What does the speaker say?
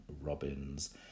Robbins